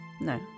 no